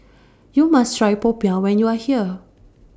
YOU must Try Popiah when YOU Are here